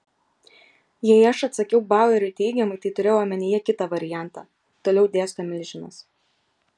jei aš atsakiau baueriui teigiamai tai turėjau omenyje kitą variantą toliau dėsto milžinas